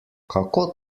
kako